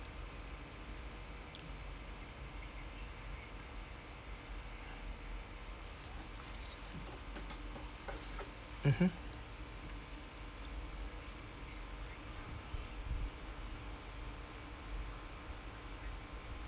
mmhmm